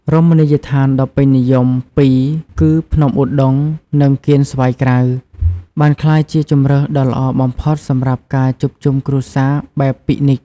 រមណីយដ្ឋានដ៏ពេញនិយមពីរគឺ ភ្នំឧដុង្គ និង កៀនស្វាយក្រៅ បានក្លាយជាជម្រើសដ៏ល្អបំផុតសម្រាប់ការជួបជុំគ្រួសារបែបពិកនិច។